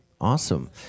Awesome